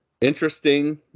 interesting